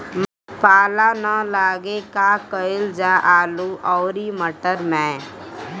पाला न लागे का कयिल जा आलू औरी मटर मैं?